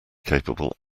capable